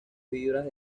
fibras